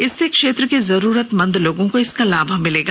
इससे क्षेत्र के जरूरतमंद लोगों को इसका लाभ मिलेगा